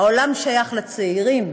העולם שייך לצעירים,